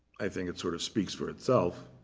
i think it sort of speaks for itself.